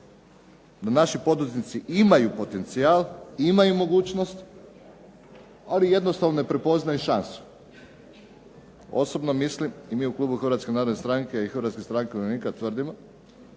da naši poduzetnici imaju potencijal, imaju mogućnost, ali jednostavno ne prepoznaju šansu. Osobno mislim i mi u klubu HNS i HSU-a tvrdimo da je to jedan vrlo